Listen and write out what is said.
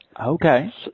Okay